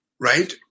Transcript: right